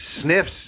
sniffs